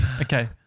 okay